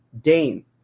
Dame